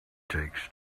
takes